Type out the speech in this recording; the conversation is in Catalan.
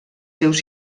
seus